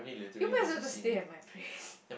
you might also stay at my place